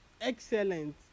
excellent